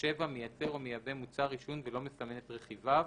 (7)מייצר או מייבא מוצר עישון ולא מסמן את רכיביו,